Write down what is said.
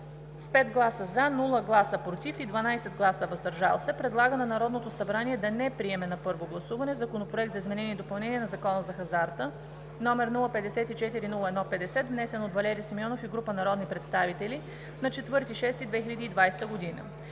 с 5 гласа „за“, без „против“ и 12 „въздържал се“ предлага на Народното събрание да не приеме на първо гласуване Законопроект за изменение и допълнение на Закона за хазарта, № 054-01-50, внесен от Валери Симеонов и група народни представители на 4 юни 2020 г.